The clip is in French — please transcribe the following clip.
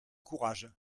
courage